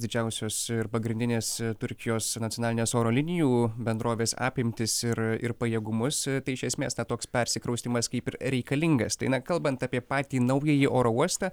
didžiausios ir pagrindinės turkijos nacionalinės oro linijų bendrovės apimtis ir ir pajėgumus tai iš esmės na toks persikraustymas kaip ir reikalingas tai na kalbant apie patį naująjį oro uostą